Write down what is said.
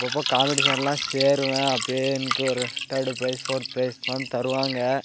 அப்பப்போ காம்பெடிஷன்லாம் சேருவேன் அப்பவே எனக்கு ஒரு தேர்டு ப்ரைஸ் ஃபோர்த் ப்ரைஸ் தான் தருவாங்க